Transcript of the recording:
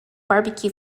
barbecue